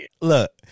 look